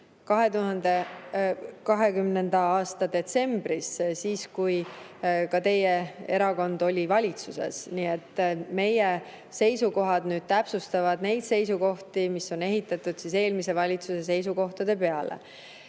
2020. aasta detsembris, kui ka teie erakond oli valitsuses. Meie seisukohad täpsustavad neid seisukohti, need on ehitatud eelmise valitsuse seisukohtade peale.